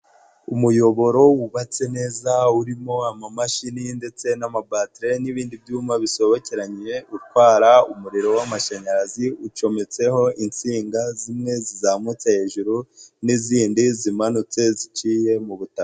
Umuyoboro wubatse neza urimo amamashini ndetse n'amabatire n'ibindi byuma bisobekeranyeye, utwara umuriro w'amashanyarazi, ucometseho insinga, zimwe zizamutse hejuru n'izindi zimanutse ziciye mu butaka.